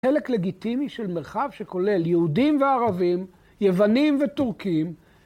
חלק לגיטימי של מרחב שכולל יהודים וערבים, יוונים וטורקים.